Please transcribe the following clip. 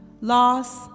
Loss